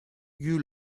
you